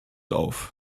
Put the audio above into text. auf